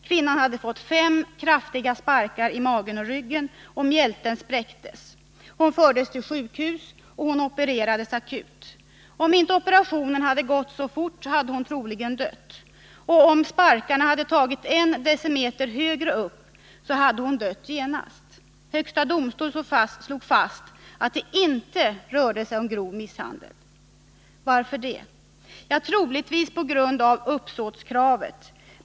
Kvinnan hade fått fem kraftiga sparkar i magen och ryggen, och mjälten var spräckt. Hon fördes till sjukhus och opererades akut. Om operationen inte hade gått så fort, hade hon troligen dött. Och om sparkarna hade tagit en decimeter högre upp, hade hon dött genast. Högsta domstolen slog fast att det inte rörde sig om grov misshandel. Varför det? Troligtvis på grund av uppsåtskravet.